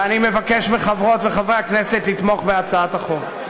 ואני מבקש מחברות וחברי הכנסת לתמוך בהצעת החוק.